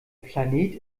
planet